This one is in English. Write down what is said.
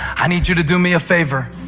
i need you to do me a favor.